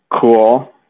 cool